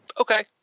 Okay